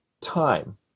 time